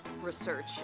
research